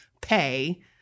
pay